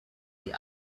the